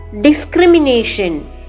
discrimination